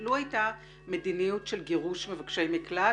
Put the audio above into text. לו הייתה מדיניות של גירוש מבקשי מקלט,